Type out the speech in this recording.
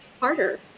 harder